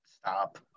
Stop